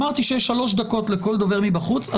אמרתי שיש 3 דקות לכל דובר מבחוץ.